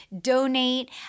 donate